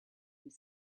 was